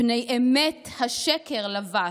/ פני אמת השקר לבש.